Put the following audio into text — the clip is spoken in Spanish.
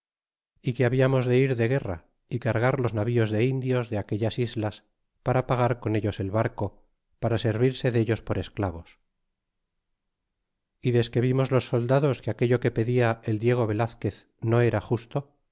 y que habíamos de ir de guerra y cargar los navíos de indios de aquellas islas para pagar con ellos el barco para servirse dellos por esclavos y desque vimos los soldados que aquello que pedia el diego velazquez no era justo